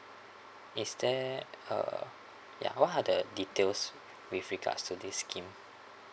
is there uh ya what are the details with regards to this scheme